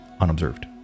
unobserved